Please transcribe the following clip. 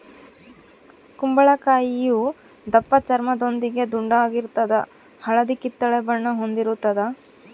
ಕುಂಬಳಕಾಯಿಯು ದಪ್ಪಚರ್ಮದೊಂದಿಗೆ ದುಂಡಾಗಿರ್ತದ ಹಳದಿ ಕಿತ್ತಳೆ ಬಣ್ಣ ಹೊಂದಿರುತದ